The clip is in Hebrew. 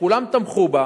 שכולם תמכו בה,